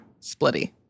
splitty